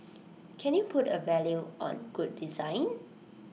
can you put A value on good design